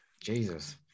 Jesus